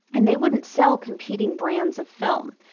and they wouldn't sell competing brands of film.